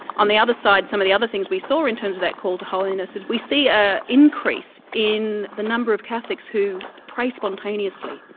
on the other side, some of the other things we saw in terms of that call to holiness is we see an ah increase in the number of catholics who pray spontaneously,